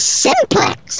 simplex